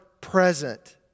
present